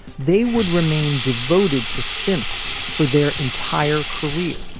they would remain devoted to synths for their entire career.